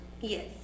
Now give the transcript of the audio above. yes